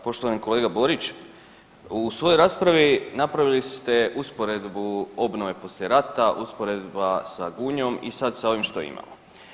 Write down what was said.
Poštovani kolega Borić, u svojoj raspravi napravili ste usporedbu obnove poslije rata, usporedba sa Gunjom i sad sa ovim što imamo.